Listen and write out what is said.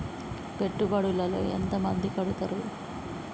పెట్టుబడుల లో ఎంత మంది కడుతరు?